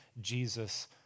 Jesus